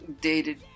dated